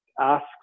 asks